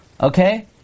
Okay